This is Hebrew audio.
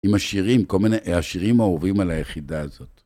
עם השירים, כל מיני, השירים אהובים על היחידה הזאת.